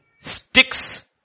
sticks